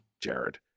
Jared